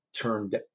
turned